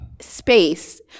space